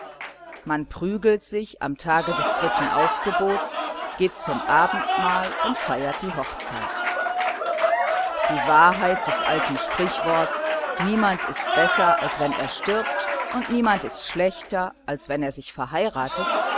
niemand ist besser als wenn er stirbt und niemand ist schlechter als